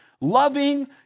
loving